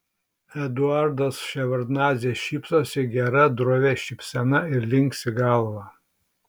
eduardas ševardnadzė šypsosi gera drovia šypsena ir linksi galva